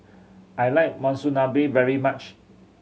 I like Monsunabe very much